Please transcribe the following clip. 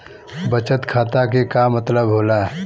बचत खाता के का मतलब होला?